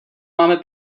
máme